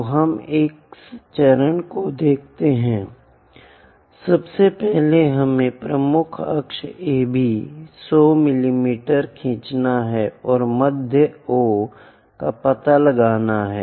तो हम इस चरण को देखते हैं सबसे पहले हमें प्रमुख अक्ष AB 100 मिमी खींचना है और मध्य O का पता लगाना है